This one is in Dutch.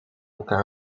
elkaar